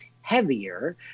heavier